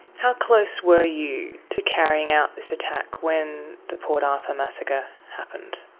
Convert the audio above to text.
how close were you to carrying out this attack when the port arthur massacre happened?